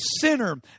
sinner